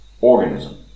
organism